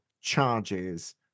charges